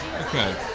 Okay